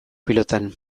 pilotan